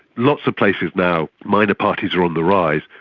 lots of places now, minor parties are on the rise.